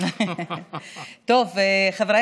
נראה לי שאתה סובל, אחמד.